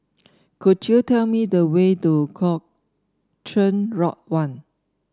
could you tell me the way to Cochrane Lodge One